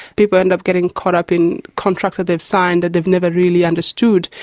people end up getting caught up in contracts that they've signed that they've never really understood.